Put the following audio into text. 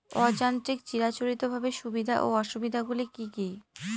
অযান্ত্রিক চিরাচরিতভাবে সুবিধা ও অসুবিধা গুলি কি কি?